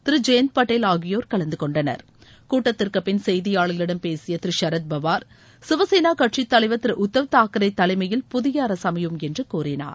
திரு ஜெயந்த் பட்டேல் ஆகியோர் கலந்து கொண்டனர் கூட்டத்திற்குப்பின் செய்தியாளர்களிடம் பேசிய திரு சரத்பவார் சிவசேனா கட்சித்தலைவர் திரு உத்தவ் தாக்ரே தலைமையில் புதிய அரசு அமையும் என்று கூறினார்